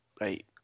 right